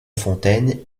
fontaine